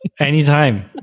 Anytime